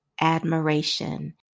admiration